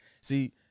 See